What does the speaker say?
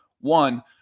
One